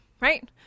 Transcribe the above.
right